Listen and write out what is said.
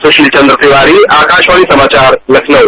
सुशील चन्द्र तिवारी आकाशवाणी समाचार लखनऊ